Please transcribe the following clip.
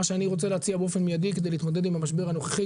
מה שאני רוצה להציע באופן מידי בכדי להתמודד עם המשבר הנוכחי,